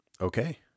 okay